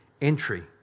entry